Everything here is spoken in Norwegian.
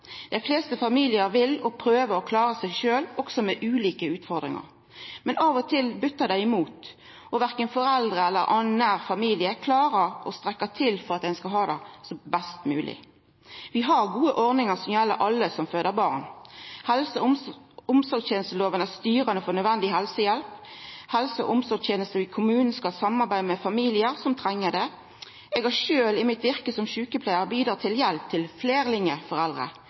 Dei fleste familiar vel å prøva å klara seg sjølve også med ulike utfordringar. Men av og til buttar det imot, og verken foreldre eller annan nær familie klarer å strekkja til for at ein skal ha det best mogleg. Vi har gode ordningar som gjeld alle som føder barn. Helse- og omsorgstenesteloven er styrande for nødvendig helsehjelp. Helse- og omsorgstenesta i kommunen skal samarbeida med familiar som treng det. Eg har sjølv i mitt virke som sjukepleiar bidratt til hjelp til fleirlingforeldre,